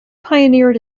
pioneered